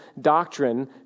doctrine